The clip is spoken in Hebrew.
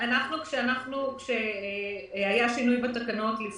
לפני מספר שנים היה שינוי בתקנות,